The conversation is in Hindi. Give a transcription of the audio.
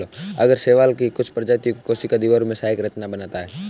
आगर शैवाल की कुछ प्रजातियों की कोशिका दीवारों में सहायक संरचना बनाता है